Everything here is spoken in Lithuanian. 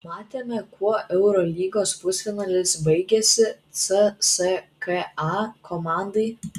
matėme kuo eurolygos pusfinalis baigėsi cska komandai